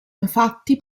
infatti